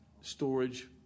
storage